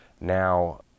Now